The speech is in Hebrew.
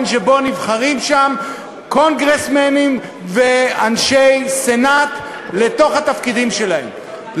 שבו נבחרים שם קונגרסמנים ואנשי סנאט לתפקידים שלהם.